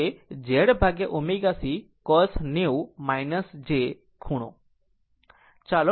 તે ખરેખર છે jω C cos 90 o j ખૂણો